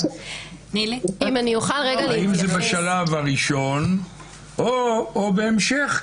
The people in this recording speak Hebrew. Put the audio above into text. האם זה בשלב הראשון או בהמשך,